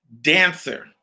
dancer